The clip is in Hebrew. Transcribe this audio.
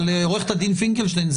עורכת הדין פינקלשטיין,